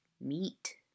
meat